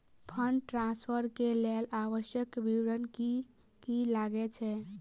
Fund transfer केँ लेल आवश्यक विवरण की की लागै छै?